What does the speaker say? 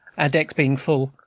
our decks being full,